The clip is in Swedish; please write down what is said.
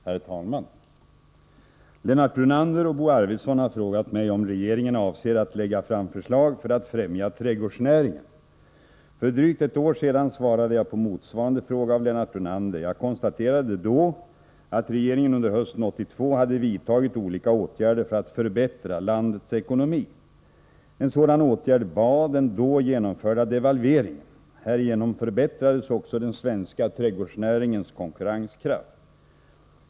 Herr talman! Lennart Brunander och Bo Arvidson har frågat mig om Om åtgärder för att regeringen avser att lägga fram förslag för att främja trädgårdsnäringen. främja trädgårds För drygt ett år sedan svarade jag på motsvarande fråga av Lennart näringen Brunander. Jag konstaterade då att regeringen under hösten 1982 hade vidtagit olika åtgärder för att förbättra landets ekonomi. En sådan åtgärd var den då genomförda devalveringen. Härigenom förbättrades också den svenska trädgårdsnäringens konkurrenskraft.